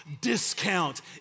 discount